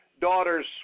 daughter's